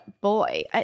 boy